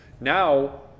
Now